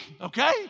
Okay